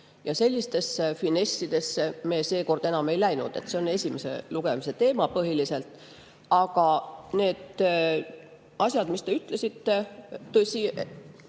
Sellistesse finessidesse me seekord enam ei läinud, see on esimese lugemise teema põhiliselt. Aga need asjad, mis te ütlesite – tõsi,